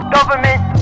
Government